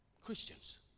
Christians